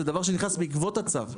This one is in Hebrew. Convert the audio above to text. זה דבר שנכנס בעקבות הצו,